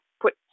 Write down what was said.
put